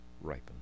ripen